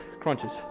crunches